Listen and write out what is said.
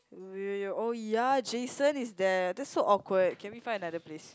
oh ya Jason is there that's so awkward can we find another place